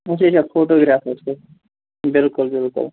اچھا اچھا فوٹوٗگرٛافر بِلکُل بِلکُل